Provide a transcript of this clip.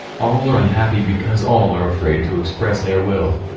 all are unhappy because all are afraid to express their will.